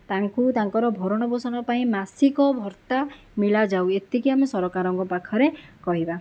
ତାଙ୍କୁ ତାଙ୍କର ଭରଣପୋଷଣ ପାଇଁ ମାସିକ ଭତ୍ତା ମିଳାଯାଉ ଏତିକି ଆମେ ସରକାରଙ୍କ ପାଖରେ କହିବା